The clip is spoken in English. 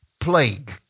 plague